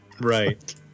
right